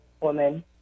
woman